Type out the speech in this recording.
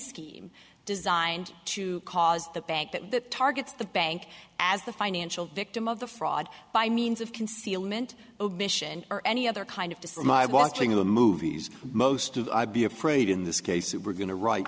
scheme designed to cause the bank that targets the bank as the financial victim of the fraud by means of concealment omission or any other kind of to my watching in the movies most of i be afraid in this case that we're going to write